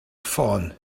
ffôn